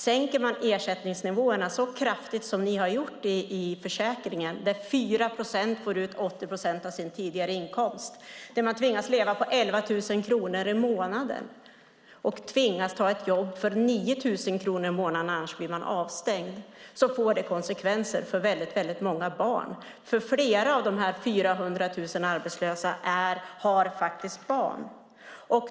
Sänker man ersättningsnivåerna så kraftigt som ni har gjort i försäkringen, där 4 procent får ut 80 procent av sin inkomst och där man tvingas leva på 11 000 kronor i månaden samt tvingas ta ett jobb för 9 000 kronor i månaden för att inte bli avstängd, så får det konsekvenser för väldigt många barn. Flera av de här 400 000 arbetslösa har nämligen barn.